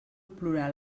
plorar